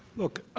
look,